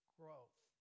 growth